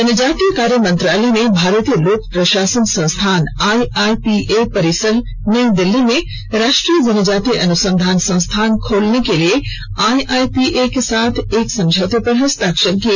जनजातीय कार्य मंत्रालय ने भारतीय लोक प्रशासन संस्थान आईआईपीए परिसर नई दिल्ली में राष्ट्रीय जनजातीय अनुसंधान संस्थान खोलने के लिए आईआईपीए के साथ एक समझौते पर हस्ताक्षर किए